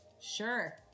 sure